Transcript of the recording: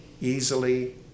easily